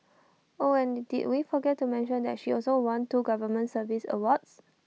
oh and did we forget to mention that she also won two government service awards